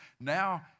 now